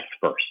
first